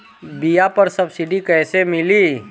बीया पर सब्सिडी कैसे मिली?